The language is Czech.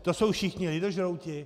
To jsou všichni lidožrouti?